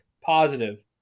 positive